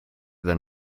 than